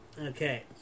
Okay